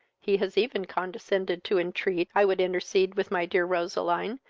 he has even condescended to entreat i would intercede with my dear roseline,